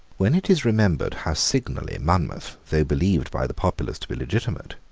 when it is remembered how signally monmouth, though believed by the populace to be legitimate,